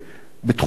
בתחום אחד,